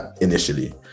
initially